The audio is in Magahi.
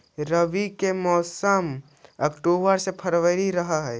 रब्बी के मौसम अक्टूबर से फ़रवरी रह हे